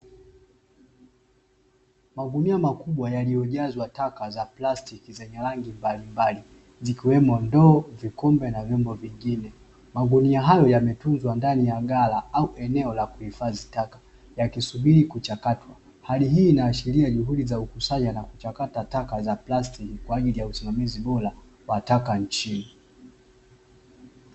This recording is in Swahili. Magunia makubwa yaliyojazwa taka za plastiki zenye rangi mbalimbali zikiwemo, ndoo, vikombe na vyombo vingine. Magunia hayo yametunzwa ndani ya ghala au eneo la kuhifadhi taka, yakisubiri kuchakatwa. Hali hii inaashiria juhudi za kukusanya na kuchakata taka za plastiki, kwa ajili ya usimamizi bora wa taka nchini.